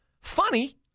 funny